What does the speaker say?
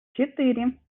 четыре